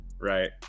right